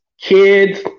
kids